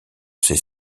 ses